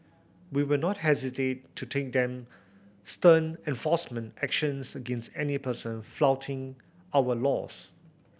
we will not hesitate to take them stern enforcement actions against any person flouting our laws